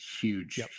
huge